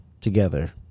together